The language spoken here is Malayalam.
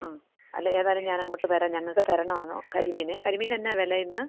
ആ അല്ലെ ഏതായാലും ഞാനങ്ങോട്ട് വരാം ഞങ്ങൾക്ക് തരണം കരിമീനെ കരിമീനിന് എന്താ വില ഇന്ന്